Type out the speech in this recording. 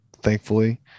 thankfully